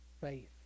faith